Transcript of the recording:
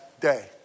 day